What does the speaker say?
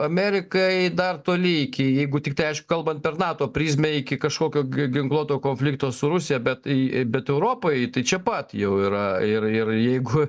amerikai dar toli iki jeigu tiktai kalbant per nato prizmę iki kažkokio g ginkluoto konflikto su rusija bet į bet europoj tai čia pat jau yra ir ir jeigu